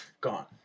Gone